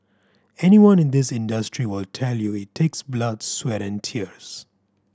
anyone in this industry will tell you it takes blood sweat and tears